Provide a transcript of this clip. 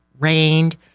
rained